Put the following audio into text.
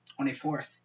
24th